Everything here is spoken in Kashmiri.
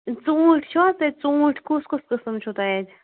ژوٗنٛٹھۍ چھِو حظ تۄہہِ ژوٗنٛٹھۍ کُس کُس قٕسٕم چھِو تۄہہِ اَتہِ